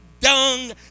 dung